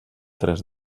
tres